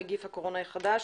נגיף הקורונה החדש),